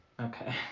Okay